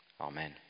amen